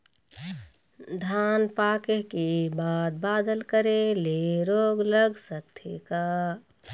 धान पाके के बाद बादल करे ले रोग लग सकथे का?